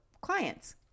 clients